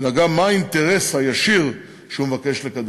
אלא גם מה האינטרס הישיר שהוא מבקש לקדם.